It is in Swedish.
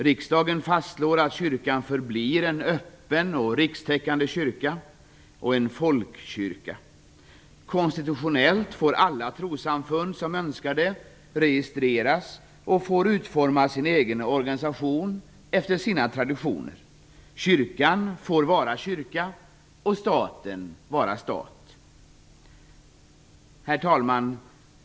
Riksdagen fastslår att kyrkan förblir en öppen och rikstäckande kyrka samt en folkkyrka. Konstitutionellt får alla trossamfund som önskar det registreras och utforma sin organisation efter sina traditioner. Kyrkan får vara kyrka och staten vara stat. Herr talman!